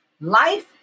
life